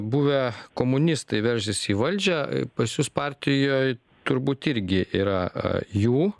buvę komunistai veržiasi į valdžią pas jus partijoj turbūt irgi yra a jų